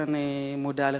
ואני מודה לך.